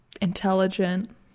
intelligent